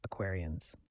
Aquarians